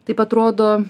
taip atrodo